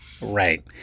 Right